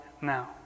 now